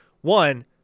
One